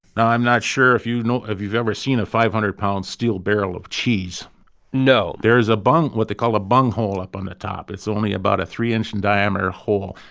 now, i'm not sure if you know if you've ever seen a five hundred pound steel barrel of cheese no there is a bung what they call a bunghole up on the top. it's only about a three inch in diameter hole.